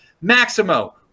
Maximo